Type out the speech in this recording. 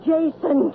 Jason